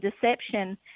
deception